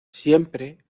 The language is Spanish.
siempre